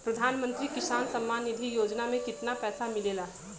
प्रधान मंत्री किसान सम्मान निधि योजना में कितना पैसा मिलेला?